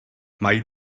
mají